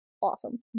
awesome